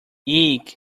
eek